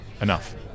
enough